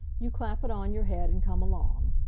you clap it on your head and come along.